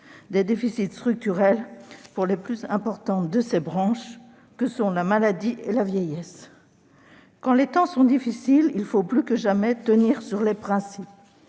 le déficit structurel des plus importantes de ses branches, la maladie et la vieillesse. Quand les temps sont difficiles, il faut, plus que jamais, tenir sur les principes.